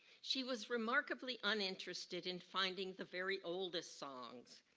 she was remarkably uninterested in finding the very oldest songs,